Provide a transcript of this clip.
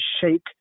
shake